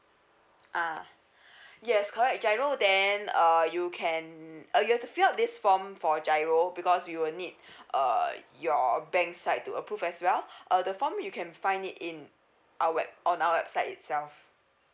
ah yes correct giro then uh you can uh you have to fill out this form for giro because you will need uh your bank side to approve as well uh the form you can find it in our web on our website itself